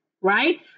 right